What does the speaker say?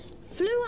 flew